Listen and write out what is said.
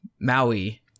Maui